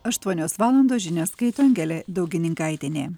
aštuonios valandos žinias skaitė angelė daugininkaitienė